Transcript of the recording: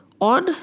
on